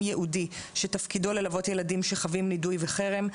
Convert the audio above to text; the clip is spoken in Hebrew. ייעודי שתפקידו ללוות ילדים שחווים נידוי וחרם,